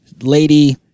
lady